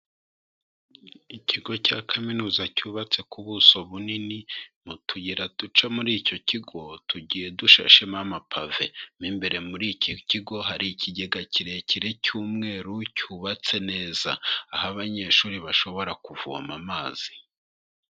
Ikigo cya kaminuza cyubatse ku buso bunini, mu tuyira duca muri icyo kigo tugiye dushashemo amapave. Mo imbere muri iki kigo hari ikigega kirekire cy'umweru cyubatse neza. Aho abanyeshuri bashobora kuvoma amazi.